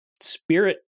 Spirit